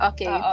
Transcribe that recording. Okay